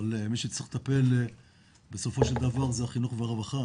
אבל מי שצריך לטפל בסופו של דבר זה החינוך והרווחה.